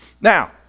Now